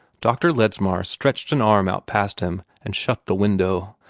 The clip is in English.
dr. ledsmar stretched an arm out past him and shut the window.